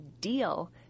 deal